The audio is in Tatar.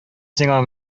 сиңа